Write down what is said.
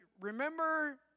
Remember